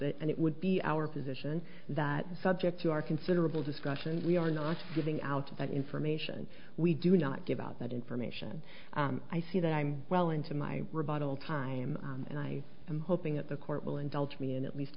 it and it would be our position that subject to our considerable discussion we are not giving out of that information we do not give out that information i see that i'm well into my rebuttal time and i am hoping that the court will indulge me and at least